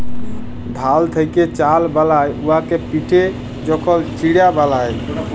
ধাল থ্যাকে চাল বালায় উয়াকে পিটে যখল চিড়া বালায়